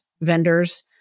vendors